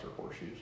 horseshoes